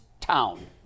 Town